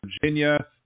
Virginia